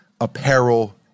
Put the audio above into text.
apparel